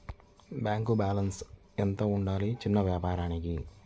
Bank balance ఎంత ఉండాలి చిన్న వ్యాపారానికి?